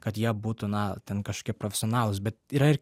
kad jie būtų na ten kažkokie profesionalūs bet yra